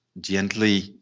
gently